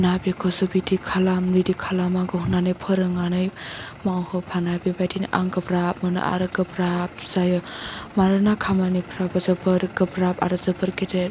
ना बेखौसो बिदि खालाम बिदि खालाम नांगौ होन्नानै फोरोंनानै मावहोफानाय बिबादिनो आं गोब्राब मोनो आरो गोब्राब जायो मानोना खामानिफ्राबो जोबोर गोब्राब आरो जोबोर गेदेर